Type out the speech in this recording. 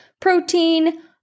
protein